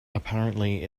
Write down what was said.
apparently